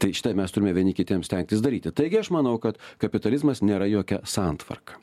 tai štai mes turime vieni kitiems stengtis daryti taigi aš manau kad kapitalizmas nėra jokia santvarka